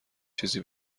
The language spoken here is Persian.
چیزی